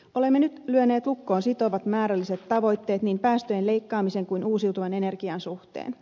olemme nyt lyöneet lukkoon sitovat määrälliset tavoitteet niin päästöjen leikkaamisen kuin uusiutuvan energian suhteen